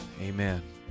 Amen